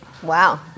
wow